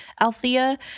Althea